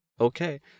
okay